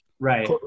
right